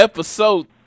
Episode